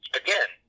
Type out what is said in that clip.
again